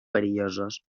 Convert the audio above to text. perillosos